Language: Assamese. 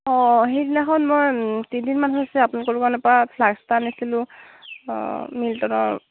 অঁ সেইদিনাখন মই তিনি দিনমান হৈছে আপোনালোকৰ দোকানৰ পৰা ফ্লাস্ক এটা আনিছিলোঁ মিল্টনৰ